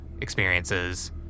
experiences